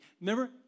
Remember